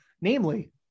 Namely